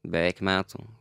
beveik metų